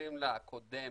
שותפים לה, הקודמת.